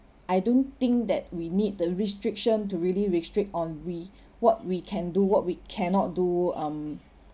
I don't think that we need the restriction to really restrict on we what we can do what we cannot do um